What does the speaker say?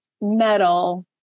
metal